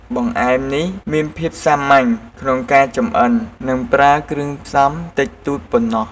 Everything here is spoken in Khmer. បង្អែមនេះមានភាពសាមញ្ញក្នុងការចម្អិន និងប្រើគ្រឿងផ្សំតិចតួចប៉ុណ្ណោះ។